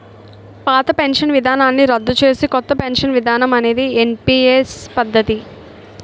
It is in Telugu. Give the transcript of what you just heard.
పాత పెన్షన్ విధానాన్ని రద్దు చేసి కొత్త పెన్షన్ విధానం అనేది ఎన్పీఎస్ పద్ధతి